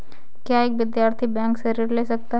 क्या एक विद्यार्थी बैंक से ऋण ले सकता है?